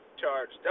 Charged